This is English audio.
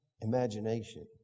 imagination